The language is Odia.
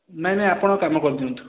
ନାଇଁ ନାଇଁ ଆପଣ କାମ କରି ଦିଅନ୍ତୁ